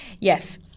Yes